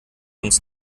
uns